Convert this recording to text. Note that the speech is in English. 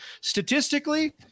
statistically –